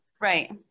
Right